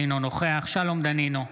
אינו נוכח שלום דנינו,